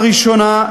לראשונה,